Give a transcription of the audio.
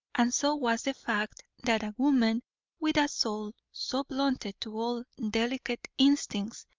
and so was the fact that a woman with a soul so blunted to all delicate instincts,